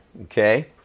Okay